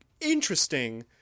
interesting